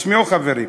תשמעו, חברים: